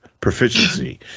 proficiency